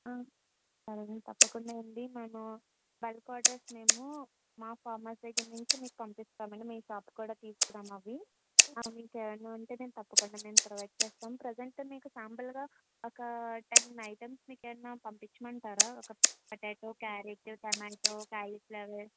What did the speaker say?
అలాగే అండి తప్పకుండా అండి మేము బల్క్ ఆర్డర్స్ మేము మా ఫామ్ హౌస్ దగ్గర నుంచి మీకు పంపిస్తాం అండి మేము షాప్కి కూడా తీసుకురాము అవి ఇంకా ఏమన్న ఉంటే మేము తప్పకుండా మేము ప్రొవైడ్ చేస్తాం ప్రెసెంట్ మీకుశాంపుల్గా ఒక టెన్ ఐటెమ్స్ మీకు ఏమన్నా పంపించమంటారా ఒక పొటాటో క్యారెట్ టమాటో క్యాలీఫ్లవర్